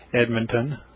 Edmonton